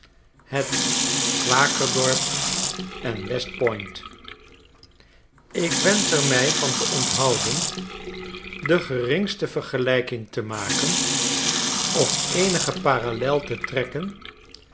het kwakerdorp en west point ik wensch er mij van te onthouden de geringste vergelijking te maken of eenige parellel te trekken